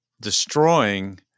destroying